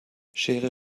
schere